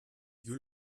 you